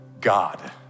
God